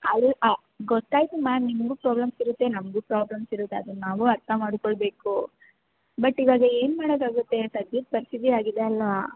ಅವರು ಗೊತ್ತಾಯಿತು ಮ್ಯಾಮ್ ನಿಮಗು ಪ್ರಾಬ್ಲಮ್ಸ್ ಇರುತ್ತೆ ನಮಗು ಪ್ರಾಬ್ಲಮ್ಸ್ ಇರುತ್ತೆ ಅದುನ್ನ ನಾವು ಅರ್ಥ ಮಾಡಿಕೊಳ್ಬೇಕು ಬಟ್ ಇವಾಗ ಏನು ಮಾಡೋಕಾಗುತ್ತೆ ಸದ್ಯದ ಪರಿಸ್ಥಿತಿ ಹಾಗಿದೆ ಅಲ್ವಾ